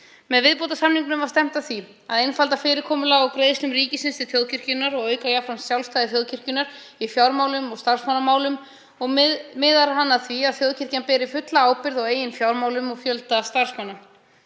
Með viðbótarsamningnum var stefnt að því að einfalda fyrirkomulag á greiðslum ríkisins til þjóðkirkjunnar og auka jafnframt sjálfstæði þjóðkirkjunnar í fjármálum og starfsmannamálum. Samningurinn miðar að því að þjóðkirkjan beri fulla ábyrgð á eigin fjármálum og fjölda starfsmanna.